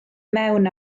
mewn